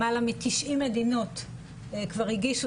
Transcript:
למעלה מ-90 מדינות כבר הגישו